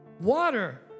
Water